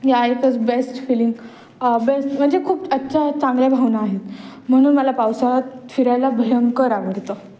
या एकच best feeling best म्हणजे खूप अच्छा चांगल्या भावना आहेत म्हणून मला पावसाळ्यात फिरायला भयंकर आवडतं